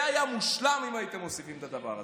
זה היה מושלם אם הייתם מוסיפים את הדבר הזה.